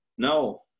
No